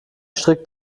strick